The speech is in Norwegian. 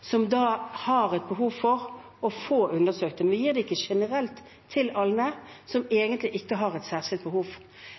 som har behov for å få undersøkt dette. Man gir det ikke generelt – til alle som egentlig ikke har et særskilt behov.